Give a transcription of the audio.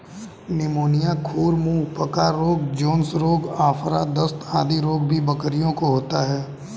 pneumonia, खुर मुँह पका रोग, जोन्स रोग, आफरा, दस्त आदि रोग भी बकरियों को होता है